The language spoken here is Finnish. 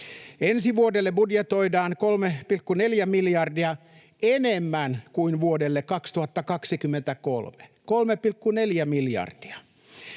Ensi vuodelle budjetoidaan 3,4 miljardia enemmän kuin vuodelle 2023 — 3,4 miljardia